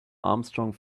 armstrong